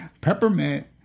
Peppermint